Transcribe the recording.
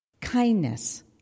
kindness